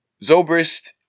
Zobrist